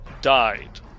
died